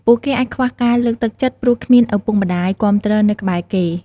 ពួកគេអាចខ្វះការលើកទឹកចិត្ត ព្រោះគ្មានឪពុកម្តាយគាំទ្រនៅក្បែរគេ។